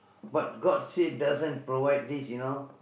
but god say doesn't provide this you know